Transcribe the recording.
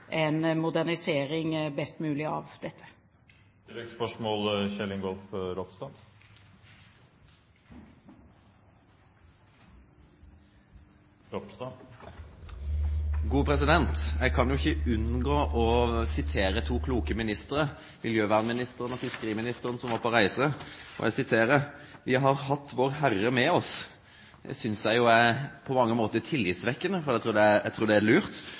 en best mulig modernisering av dette. Kjell Ingolf Ropstad – til oppfølgingsspørsmål. Jeg kan ikke unngå å sitere to kloke ministre – miljøvernministeren og fiskeriministeren – som var på reise: «Vi har hatt Vårherre med oss.» Det synes jeg på mange måter er tillitvekkende, og det tror jeg er lurt. Men det er for så vidt også litt urovekkende, for jeg tror